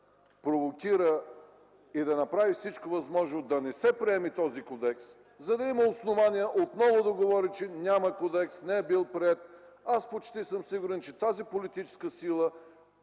провокира и да направи всичко възможно да не се приеме този кодекс, за да има основания отново да говори, че няма кодекс, че не е приет, аз съм почти сигурен, че понеже тази политическа сила